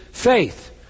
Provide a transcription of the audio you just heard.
faith